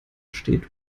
steht